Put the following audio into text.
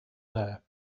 there